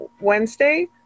Wednesday